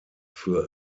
für